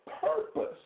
purpose